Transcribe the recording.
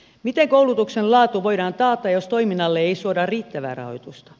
miten koulutuksen laatu voidaan taata jos toiminnalle ei suoda riittävää rahoitusta